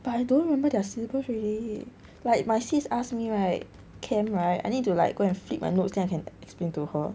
but I don't remember their syllabus already like my sis asked me right chem~ right I need to like go and flip my notes then I can like explain to her